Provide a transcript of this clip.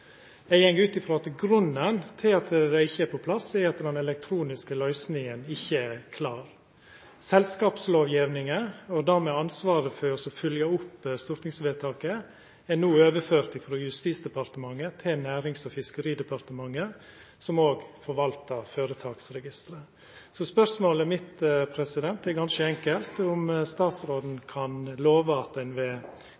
Eg går ut frå at grunnen til at det ikkje er på plass, er at den elektroniske løysinga ikkje er klar. Selskapslovgjevinga – og dermed ansvaret for å følgja opp stortingsvedtaket – er no overført frå Justisdepartementet til Nærings- og fiskeridepartementet, som òg forvaltar føretaksregisteret. Spørsmålet mitt er ganske enkelt om statsråden